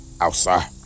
outside